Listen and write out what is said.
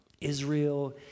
Israel